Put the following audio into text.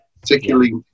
particularly